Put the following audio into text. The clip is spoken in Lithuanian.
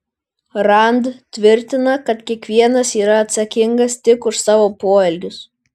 rand tvirtina kad kiekvienas yra atsakingas tik už savo poelgius